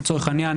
לצורך העניין,